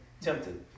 tempted